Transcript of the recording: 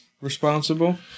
Responsible